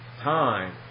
Time